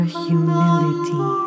humility